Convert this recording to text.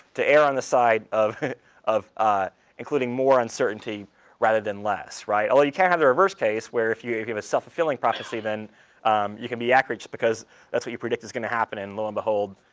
to err on the side of of including more uncertainty rather than less. although you can have the reverse case, where if you you have a self-fulfilling prophecy, then you can be accurate, just because that's what you predict is going to happen, and lo and behold,